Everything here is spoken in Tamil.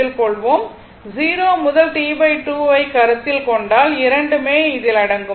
0 முதல் T2 ஐக் கருத்தில் கொண்டால் இரண்டுமே இதில் அடங்கும்